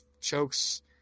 chokes